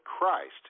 Christ